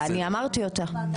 אני אמרתי אותה.